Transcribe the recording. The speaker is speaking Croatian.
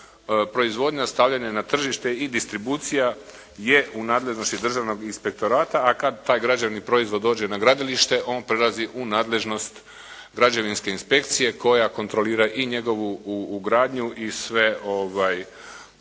proizvodnja, stavljanje na tržište i distribucija je u nadležnosti Državnog inspektorata, a kad taj građevni proizvod dođe na gradilište on prelazi u nadležnost građevinske inspekcije koja kontrolira i njegovu ugradnju i njegovu